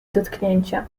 dotknięcia